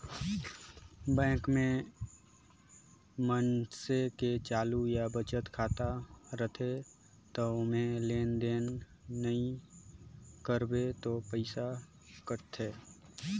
bank में मइनसे के चालू या बचत खाता रथे त ओम्हे लेन देन नइ करबे त पइसा कटथे